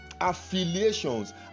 affiliations